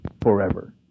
forever